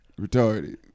retarded